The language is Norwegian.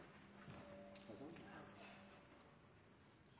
for tida er